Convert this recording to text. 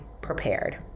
prepared